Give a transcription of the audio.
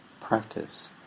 practice